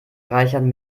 reichern